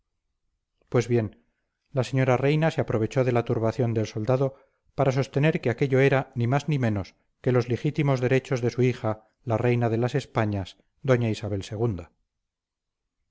pues bien la señora reina se aprovechó de la turbación del soldado para sostener que aquello era ni más ni menos que los legítimos derechos de su hija la reina de las españas doña isabel